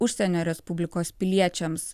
užsienio respublikos piliečiams